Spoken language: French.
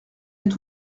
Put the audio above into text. est